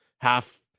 half